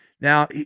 Now